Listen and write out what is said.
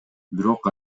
бирок